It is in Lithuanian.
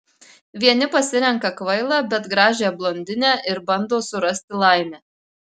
vieni pasirenka kvailą bet gražią blondinę ir bando surasti laimę